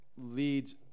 leads